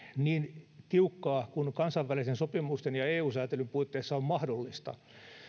niin tiukkaa kuin kansainvälisten sopimusten ja eu sääntelyn puitteissa on mahdollista